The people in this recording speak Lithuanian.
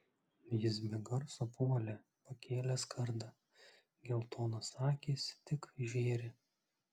jis be garso puolė pakėlęs kardą geltonos akys tik žėri